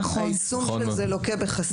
היישום של זה לוקה בחסר.